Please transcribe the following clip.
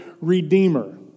redeemer